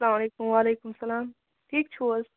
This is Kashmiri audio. اسلامُ علیکُم وعلیکُم اسلام ٹھیٖک چھِو حٲز